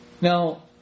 Now